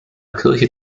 kirche